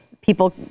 People